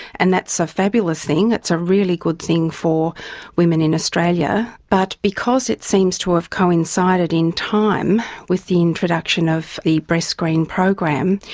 and that's a fabulous thing, it's a really good thing for women in australia. but because it seems to have coincided in time with the introduction of the breastscreen program,